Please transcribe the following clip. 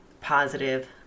positive